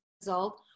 result